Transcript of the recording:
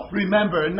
remember